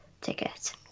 ticket